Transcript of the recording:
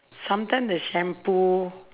sometimes the shampoo